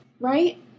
right